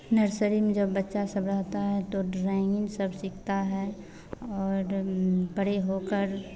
nursery में जब बच्चा होता है तो ड्राइंग सब सीखता है और बड़े होकर